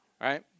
right